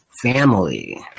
family